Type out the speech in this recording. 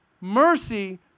Mercy